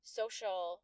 social